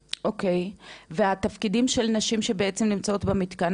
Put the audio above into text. אוקיי, והתפקידים של נשים שבעצם נמצאות במתקן?